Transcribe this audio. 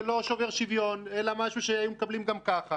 זה לא שובר שוויון אלא משהו שהיו מקבלים גם ככה